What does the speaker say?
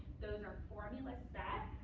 those are formula set.